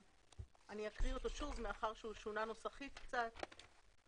אני אקריא אותו שוב מאחר והוא שונה קצת נוסחית.